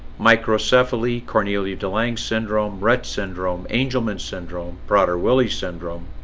microcephaly cornelia de lange syndrome rhett syndrome angelman syndrome prader-willi syndrome